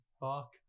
fuck